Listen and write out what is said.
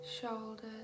Shoulders